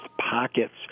pockets